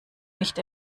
nicht